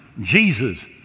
Jesus